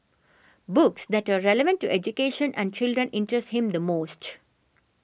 books that are relevant to education and children interest him the most